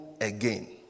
again